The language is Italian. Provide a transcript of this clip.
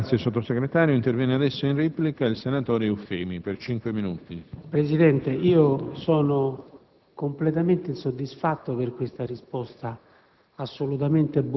Presidente, sono completamente insoddisfatto per la risposta